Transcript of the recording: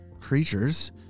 creatures